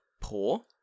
poor